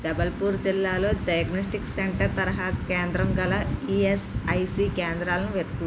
జబల్పూర్ జిల్లాలో diagnostic centre తరహా కేంద్రం గల ఈఎస్ఐసి కేంద్రాలు వెతుకు